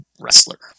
wrestler